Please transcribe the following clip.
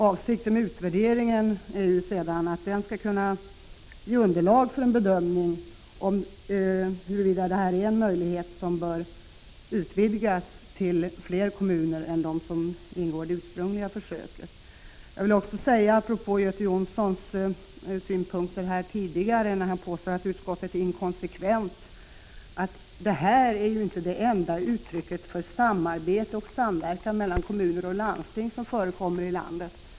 Avsikten med utvärderingen är att den skall kunna ge underlag för en bedömning om huruvida försöksverksamheten bör utvidgas till fler kommuner än dem som ingår i det ursprungliga försöket. Göte Jonsson påstår att utskottsmajoriteten är inkonsekvent. Men det här är ju inte det enda uttrycket för samarbete och samverkan mellan kommuner och landsting som förekommer i landet.